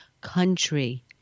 country